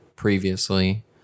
previously